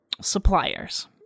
suppliers